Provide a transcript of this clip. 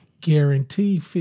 guarantee